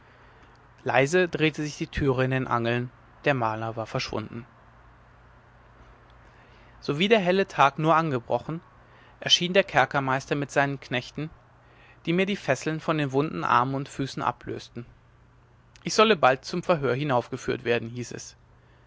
leise drehte sich die türe in den angeln der maler war verschwunden sowie der helle tag nur angebrochen erschien der kerkermeister mit seinen knechten die mir die fesseln von den wunden armen und füßen ablösten ich solle bald zum verhör hinaufgeführt werden hieß es